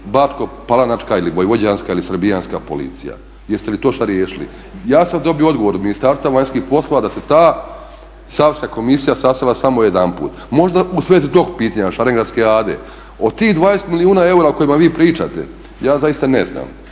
bačko palanačka ili vojvođanska ili srbijanska policija. Jeste li to što riješili? Ja sam dobio odgovor od Ministarstva vanjskih poslova da se ta Savska komisija sastala samo jedanput. Možda u svezi tog pitanja, Šarengradske ade. Od tih 20 milijuna eura o kojima vi pričate ja zaista ne znam